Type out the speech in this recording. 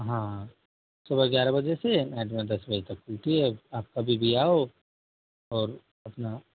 हाँ सुबह ग्यारह बजे से नाइट में दस बजे तक ड्यूटी है आप कभी भी आओ और अपना